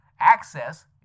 Access